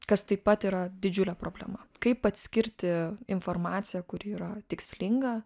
kas taip pat yra didžiulė problema kaip atskirti informaciją kuri yra tikslinga